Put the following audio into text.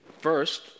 First